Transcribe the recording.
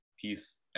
peace